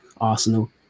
Arsenal